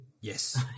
Yes